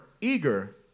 eager